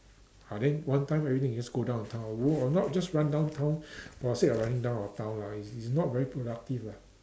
I think one time everything you just go downtown not just run downtown for the sake of running down a town lah it's it's not very productive lah